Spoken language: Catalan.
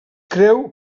creu